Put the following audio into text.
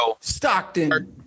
Stockton